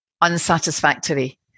unsatisfactory